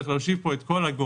צריך להושיב פה את כל הגורמים,